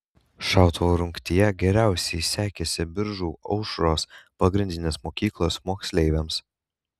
šautuvo rungtyje geriausiai sekėsi biržų aušros pagrindinės mokyklos moksleiviams